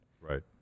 Right